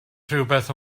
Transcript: rhywbeth